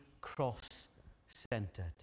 cross-centered